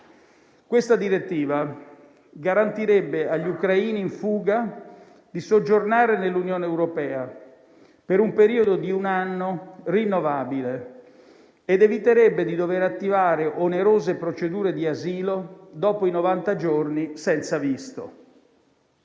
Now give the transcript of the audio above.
Questa direttiva garantirebbe agli ucraini in fuga di soggiornare nell'Unione europea per un periodo di un anno rinnovabile ed eviterebbe di dover attivare onerose procedure di asilo dopo i novanta giorni senza visto.